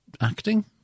acting